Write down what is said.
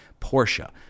Porsche